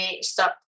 stop